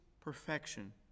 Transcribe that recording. perfection